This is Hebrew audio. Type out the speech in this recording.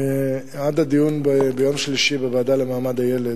עד הדיון ביום שלישי בוועדה לזכויות הילד,